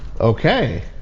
Okay